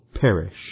perish